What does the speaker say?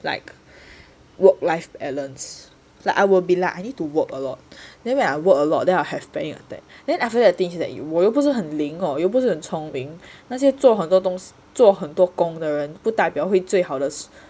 like work life balance like I will be like I need to work a lot then when I work a lot then I'll have panic attack then after that the thing is that you 我又不是很灵又不是很聪明那些做很多东西做很多工的人不代表会最好的